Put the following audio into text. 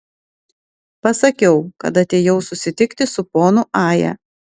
pasakiau kad atėjau susitikti su ponu aja